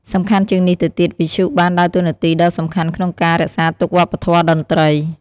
សំខាន់ជាងនេះទៅទៀត វិទ្យុបានដើរតួនាទីដ៏សំខាន់ក្នុងការ រក្សាទុកវប្បធម៌ តន្ត្រី។